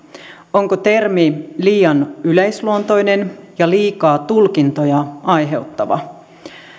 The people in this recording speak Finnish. onko termi liian yleisluontoinen ja liikaa tulkintoja aiheuttava